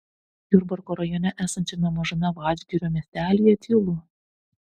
jurbarko rajone esančiame mažame vadžgirio miestelyje tylu